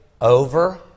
over